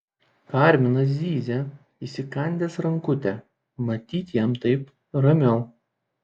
karminas zyzia įsikandęs rankutę matyt jam taip ramiau